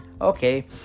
Okay